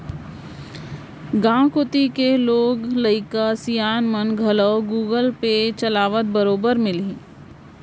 गॉंव कोती के लोग लइका सियान मन घलौ गुगल पे चलात बरोबर मिलहीं